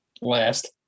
last